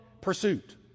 pursuit